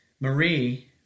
Marie